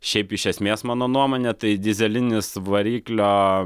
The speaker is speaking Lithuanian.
šiaip iš esmės mano nuomone tai dyzelinis variklio